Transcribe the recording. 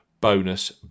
bonus